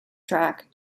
track